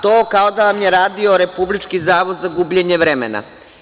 To kao da vam je radio republički zavod za gubljenje vremena.